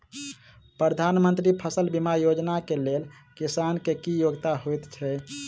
प्रधानमंत्री फसल बीमा योजना केँ लेल किसान केँ की योग्यता होइत छै?